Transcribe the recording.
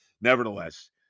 nevertheless